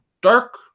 Dark